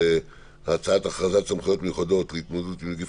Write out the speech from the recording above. הצעת הכרזת סמכויות מיוחדות להתמודדות עם נגיף